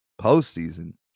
Postseason